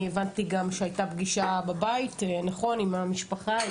אני הבנתי גם שהייתה פגישה בבית עם המשפחה, נכון?